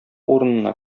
урынына